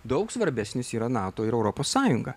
daug svarbesnis yra nato ir europos sąjunga